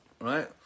right